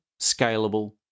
scalable